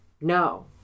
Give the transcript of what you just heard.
no